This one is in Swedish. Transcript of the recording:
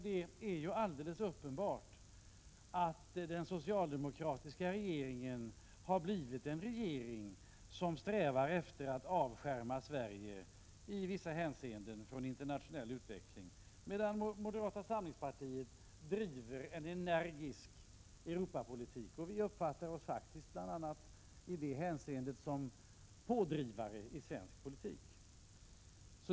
Det är ju alldeles uppenbart att den socialdemokratiska regeringen har blivit en regering som strävar efter att i vissa hänseenden avskärma Sverige från internationell utveckling, medan moderata samlingspartiet driver en energisk Europapolitik. Vi uppfattar oss faktiskt bl.a. i det hänseendet som pådrivare i svensk politik.